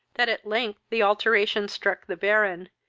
that at length the alteration struck the baron,